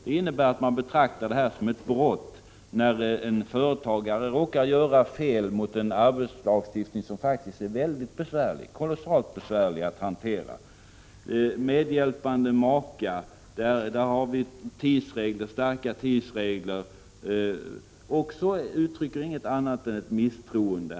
Det innebär att man betraktar det som ett brott när en företagare råkar göra fel mot en arbetslagstiftning som faktiskt är kolossalt besvärlig att hantera. För medhjälpande maka finns det stränga tidsregler, som inte heller uttrycker något annat än ett stort misstroende.